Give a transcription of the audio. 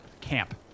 camp